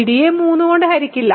bd യെ 3 കൊണ്ട് ഹരിക്കില്ല